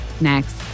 next